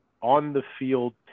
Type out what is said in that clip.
on-the-field